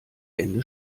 ende